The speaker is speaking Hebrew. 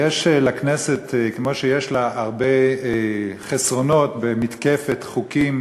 וכמו שיש לכנסת הרבה חסרונות במתקפת חוקים